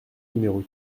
numéro